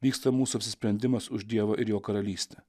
vyksta mūsų apsisprendimas už dievą ir jo karalystę